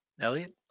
Elliot